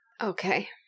Okay